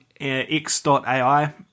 X.AI